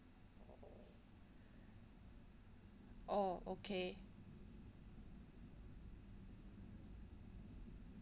oh okay